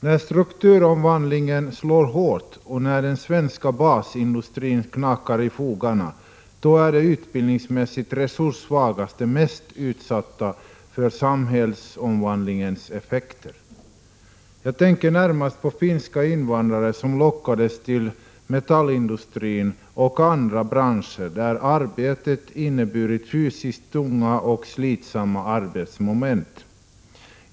När strukturomvandlingen slår hårt och den svenska basindustrin knakar i fogarna, då är de utbildningsmässigt resurssvagaste mest utsatta för samhällsomvandlingens effekter. Jag tänker närmast på finska invandrare som lockades till metallindustrin och andra branscher, där arbetet har inneburit fysiskt tunga och slitsamma moment.